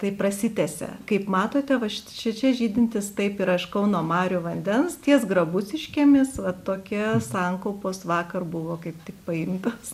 tai prasitęsia kaip matote va šičia žydintis taip ir aš kauno marių vandens ties grabuciškėmis vat tokia sankaupos vakar buvo kaip tik paimtas